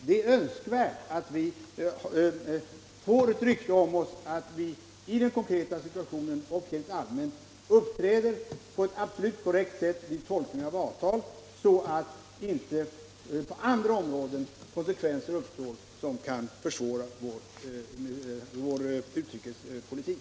Det är önskvärt att vi får ett rykte om oss att vi i den konkreta situationen och helt allmänt uppträder på ett korrekt sätt vid tolkning av avtal, så att inte på andra områden konsekvenser uppstår som kan försvåra vår säkerhetspolitik.